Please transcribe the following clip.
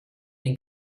den